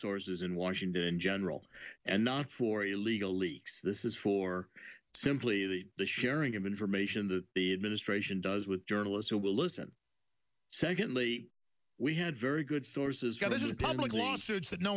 sources in washington in general and not for illegal leaks this is for simply the the sharing of information that the administration does with journalists who will listen secondly we had very good sources